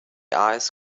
eyes